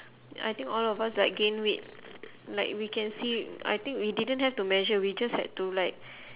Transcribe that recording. I think all of us like gain weight like we can see I think we didn't have to measure we just had to like